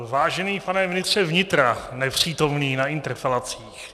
Vážený pane ministře vnitra, nepřítomný na interpelacích.